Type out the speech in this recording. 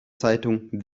zeitung